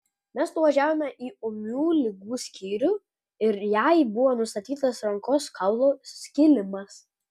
mes nuvažiavome į ūmių ligų skyrių ir jai buvo nustatytas rankos kaulo skilimas